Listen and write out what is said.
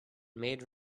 maid